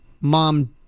mom